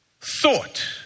thought